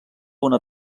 una